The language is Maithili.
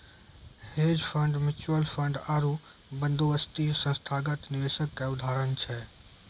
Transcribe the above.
हेज फंड, म्युचुअल फंड आरु बंदोबस्ती संस्थागत निवेशको के उदाहरण छै